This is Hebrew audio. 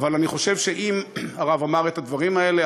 אבל אני חושב שאם הרב אמר את הדברים האלה,